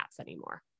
anymore